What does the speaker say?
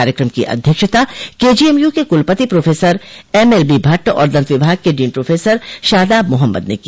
कार्यक्रम की अध्यक्षता केजीएमयू के कुलपति प्रोफेसर एमएलबी भट्ट और दंत विभाग के डीन प्रोफेसर शादाब मोहम्मद ने की